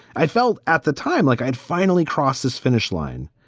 i felt at the time like i'd finally crossed this finish line.